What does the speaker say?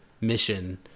mission